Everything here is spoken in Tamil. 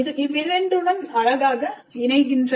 ஆகியவற்றுடன் அழகாக இணைகிறது